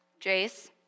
Jace